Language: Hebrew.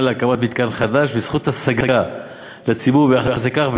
להקמת מתקן חדש וזכות השגה לציבור ביחס לכך,